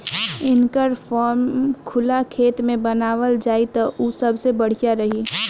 इनकर फार्म खुला खेत में बनावल जाई त उ सबसे बढ़िया रही